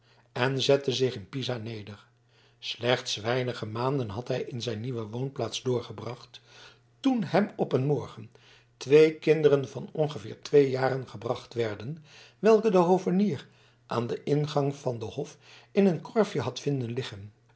en zette zich in pisa neder slechts weinige maanden had hij in zijn nieuwe woonplaats doorgebracht toen hem op een morgen twee kinderen van ongeveer twee jaren gebracht werden welke de hovenier aan den ingang van den hof in een korfje had vinden liggen